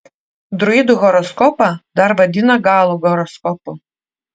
druidų horoskopą dar vadina galų horoskopu